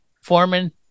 Foreman